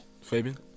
fabian